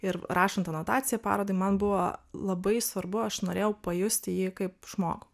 ir rašant anotaciją parodai man buvo labai svarbu aš norėjau pajusti jį kaip žmogų